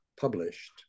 published